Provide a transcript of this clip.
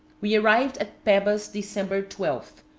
we arrived at pebas december twelve,